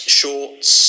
shorts